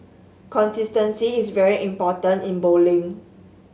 consistency is very important in bowling